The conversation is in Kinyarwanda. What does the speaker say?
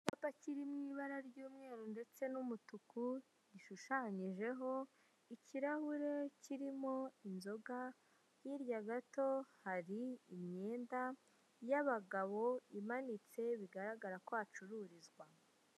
Icyapa kirimo ibara ry'umweru ndetse n'umutuku gishushanyijeho, ikirahure ikirimo inzoga, hirya gato hari imyenda y'abagabo imanitse, bigaragara ko hacururizwa.